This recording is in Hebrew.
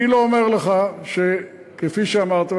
אני לא אומר לך כפי שאמרת,